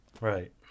Right